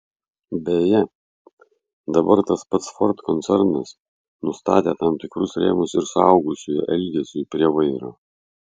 beje dabar tas pats ford koncernas nustatė tam tikrus rėmus ir suaugusiųjų elgesiui prie vairo